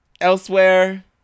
elsewhere